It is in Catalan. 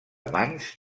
manx